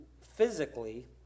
physically